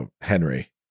Henry